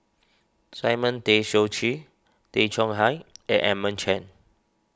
Simon Tay Seong Chee Tay Chong Hai and Edmund Chen